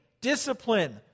discipline